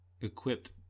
equipped